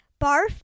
barf